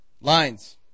lines